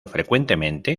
frecuentemente